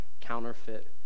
counterfeit